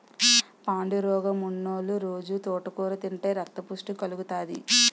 పాండురోగమున్నోలు రొజూ తోటకూర తింతే రక్తపుష్టి కలుగుతాది